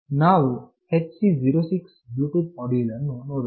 ನಾವು ಈ HC 06 Bluetooth module ಅನ್ನು ನೋಡೋಣ